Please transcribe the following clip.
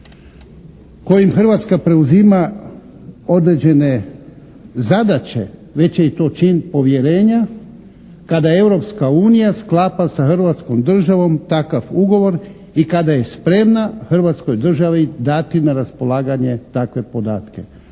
kojim Hrvatska preuzima određene zadaće, već je i to čin povjerenja kada Europska unija sklapa sa hrvatskom državom ugovor i kada je spremna hrvatskoj državi dati na raspolaganje takve podatke.